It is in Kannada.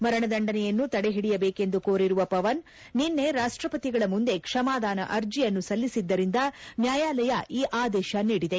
ಮರಣ ದಂಡನೆಯನ್ನು ತಡೆಹಿಡಿಯಬೇಕೆಂದು ಕೋರಿರುವ ಪವನ್ ನಿನ್ನೆ ರಾಷ್ಪಪತಿಗಳ ಮುಂದೆ ಕ್ಷಮಾದಾನ ಅರ್ಜಿಯನ್ನು ಸಲ್ಲಿಸಿದ್ದರಿಂದ ನ್ಯಾಯಾಲಯ ಈ ಆದೇಶ ನೀಡಿದೆ